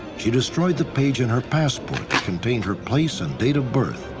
she destroyed the page in her passport that contained her place and date of birth.